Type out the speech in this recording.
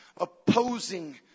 opposing